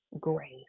grace